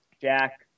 Jack